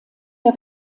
der